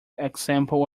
example